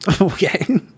Okay